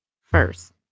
First